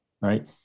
right